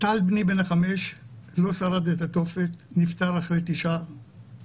טל בני בן ה-5 לא שרד את התופת, נפטר אחרי 90 יום.